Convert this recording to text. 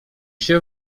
się